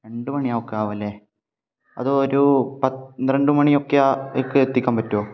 രണ്ടു മണി ഒക്കെ ആവും അല്ലേ അതൊരു പന്ത്രണ്ടു മണി ഒക്കെയാവുമ്പോൾ എത്തിക്കാൻ പറ്റുമോ